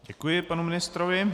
Děkuji panu ministrovi.